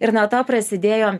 ir nuo to prasidėjo